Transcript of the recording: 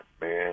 man